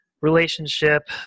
relationship